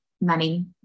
money